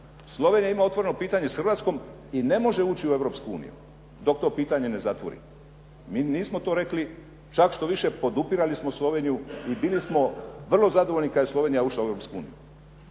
Slovenija ima otvoreno pitanje sa Hrvatskom i ne može ući u Europsku uniju dok to pitanje ne zatvori. Mi nismo to rekli. Čak štoviše podupirali smo Sloveniju i bili smo vrlo zadovoljni kad je Slovenija ušla u